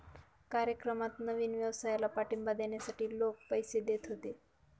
कार्यक्रमात नवीन व्यवसायाला पाठिंबा देण्यासाठी लोक पैसे देत होते